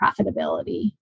profitability